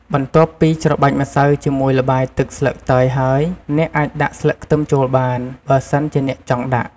បន្ទាប់ពី ច្របាច់ម្សៅជាមួយល្បាយទឹកស្លឹកតើយហើយ អ្នកអាចដាក់ស្លឹកខ្ទឹមចូលបាន បើសិនជាអ្នកចង់ដាក់។